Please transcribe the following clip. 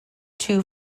two